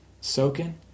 soaking